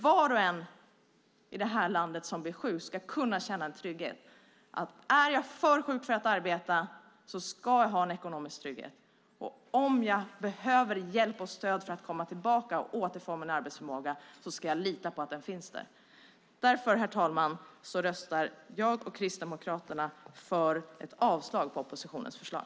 Var och en i det här landet som blir sjuk ska kunna känna trygghet: Är jag för sjuk för att arbeta ska jag ha ekonomisk trygghet, och om jag behöver hjälp och stöd för att komma tillbaka och återfå min arbetsförmåga kan jag lita på att den hjälpen och det stödet finns där. Därför, herr talman, röstar jag och Kristdemokraterna för ett avslag på oppositionens förslag.